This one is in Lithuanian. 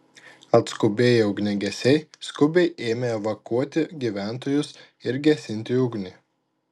atskubėję ugniagesiai skubiai ėmė evakuoti gyventojus ir gesinti ugnį